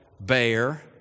bear